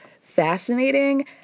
fascinating